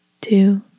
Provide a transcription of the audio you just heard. Two